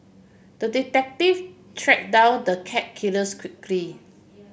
the detective tracked down the cat killers quickly